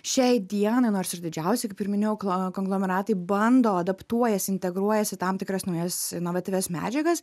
šiai dienai nors ir didžiausi kaip ir minėjau klo konglomeratai bando adaptuojas integruojasi tam tikras naujas inovatyvias medžiagas